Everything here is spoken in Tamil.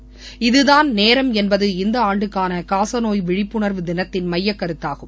இதுதாள் நேரம் என்பது இந்த ஆண்டுக்கான காசநோய் விழிப்புணர்வு தினத்தின் மையக்கருத்தாகும்